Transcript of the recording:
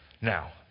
now